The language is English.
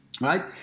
right